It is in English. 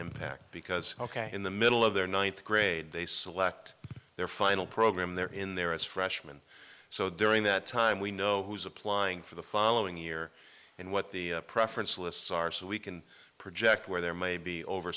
impact because ok in the middle of their ninth grade they select their final program they're in there as freshman so during that time we know who's applying for the following year and what the preference lists are so we can project where there may be over